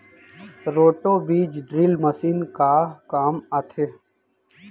Roto बीज drill machine का काम आथे?